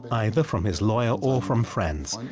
either from his lawyers, or from friends.